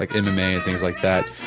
like and mma and things like that.